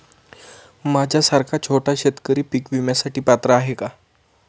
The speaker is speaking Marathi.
माझ्यासारखा छोटा शेतकरी पीक विम्यासाठी पात्र आहे का?